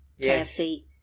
kfc